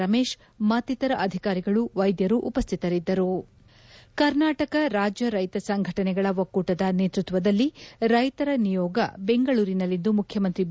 ರಮೇಶ್ ಮತ್ತಿತರ ಅಧಿಕಾರಿಗಳು ವೈದ್ಯರು ಉಪಸ್ಥಿತರಿದ್ದರು ಕರ್ನಾಟಕ ರಾಜ್ಯ ರೈತ ಸಂಘಟನೆಗಳ ಒಕ್ಕೂ ಟದ ನೇತೃತ್ವದಲ್ಲಿ ರೈತರ ನಿಯೋಗ ಬೆಂಗಳೂರಿನಲ್ಲಿಂದು ಮುಖ್ಯಮಂತ್ರಿ ಬಿ